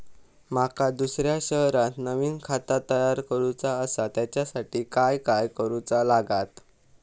माका दुसऱ्या शहरात नवीन खाता तयार करूचा असा त्याच्यासाठी काय काय करू चा लागात?